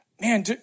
man